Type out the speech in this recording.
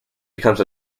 becomes